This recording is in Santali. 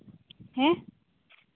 ᱦᱮᱸ